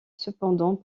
cependant